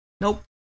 Nope